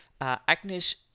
Agnes